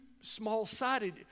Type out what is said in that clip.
small-sided